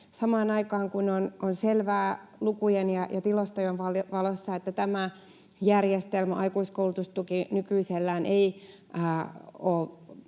Samaan aikaan, kun on selvää lukujen ja tilastojen valossa, että tämä järjestelmä, aikuiskoulutustuki, nykyisellään ei ole